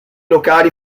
locali